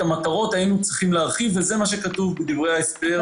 את המטרות היינו צריכים להרחיב וזה מה שכתוב בדברי ההסבר.